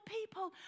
people